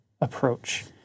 approach